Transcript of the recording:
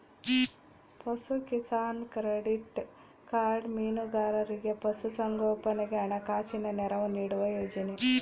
ಪಶುಕಿಸಾನ್ credit card ಮೀನುಗಾರರಿಗೆ ಪಶು ಸಂಗೋಪನೆಗೆ ಹಣಕಾಸಿನ ನೆರವು ನೀಡುವ ಯೋಜನೆ